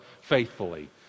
faithfully